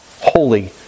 holy